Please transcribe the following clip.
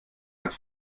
hat